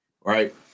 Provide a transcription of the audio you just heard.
right